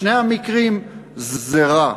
בשני המקרים זה רע.